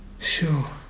Sure